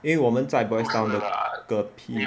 因为我们在 boys' town 的隔壁